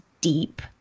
deep